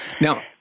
Now